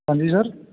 ਹਾਂਜੀ ਸਰ